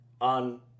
on –